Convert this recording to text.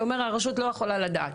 אתה אומר שהרשות לא יכולה לדעת.